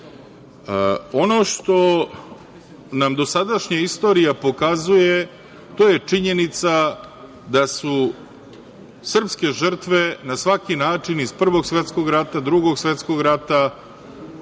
što nam dosadašnja istorija pokazuje, to je činjenica da su srpske žrtve na svaki način iz Prvog svetskog rata, Drugog svetskog rata,